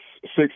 six